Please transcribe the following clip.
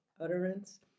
utterance